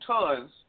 tons